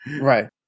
Right